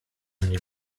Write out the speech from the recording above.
mnie